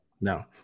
No